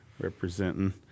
representing